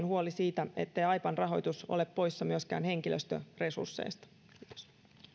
huoli siitä ettei aipan rahoitus ole poissa myöskään henkilöstöresursseista kiitos